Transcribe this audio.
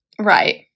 Right